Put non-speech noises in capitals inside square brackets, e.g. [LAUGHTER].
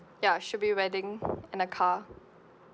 ya should be wedding [BREATH] and a car